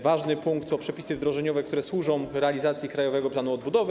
Ważny punkt to przepisy wdrożeniowe, które służą realizacji Krajowego Planu Odbudowy.